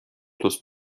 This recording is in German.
plus